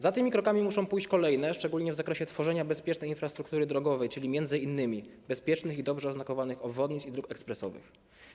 Za tymi krokami muszą pójść kolejne, szczególnie w zakresie tworzenia bezpiecznej infrastruktury drogowej, czyli m.in. bezpiecznych i dobrze oznakowanych obwodnic i dróg ekspresowych.